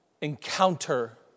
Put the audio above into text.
encounter